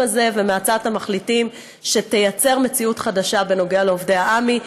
הזה ומהצעת המחליטים שתיצור מציאות חדשה בעניין עובדי עמ"י,